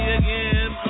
again